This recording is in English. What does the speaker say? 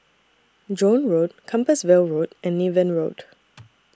Joan Road Compassvale Road and Niven Road